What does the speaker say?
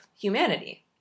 humanity